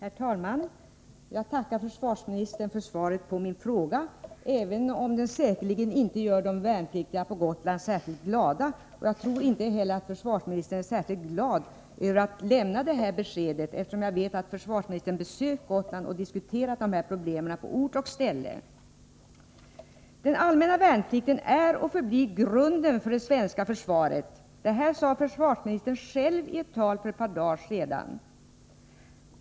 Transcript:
Herr talman! Jag tackar försvarsministern för svaret på min fråga, även om det säkerligen inte gör de värnpliktiga på Gotland särskilt glada. Jag tror inte heller att försvarsministern är särskilt glad över att lämna detta besked, eftersom jag vet att försvarsministern har besökt Gotland och diskuterat de här problemen på ort och ställe. Den allmänna värnplikten är och förblir grunden för det svenska försvaret. Det sade försvarsministern själv i ett tal för ett par dagar sedan.